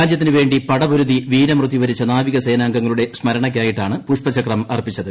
രാജ്യത്തിനു വേണ്ടി പടപൊരുതി വീരമൃത്യു വരിച്ച നാവിക സേനാംഗങ്ങളുടെ സ്മരണയ്ക്കായിട്ടാണ് പുഷ്പചക്രം അർപ്പിച്ചത്